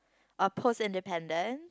or post independent